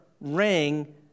ring